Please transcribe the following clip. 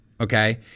okay